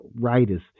writers